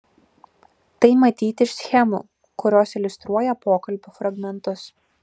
tai matyti iš schemų kurios iliustruoja pokalbių fragmentus